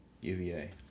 UVA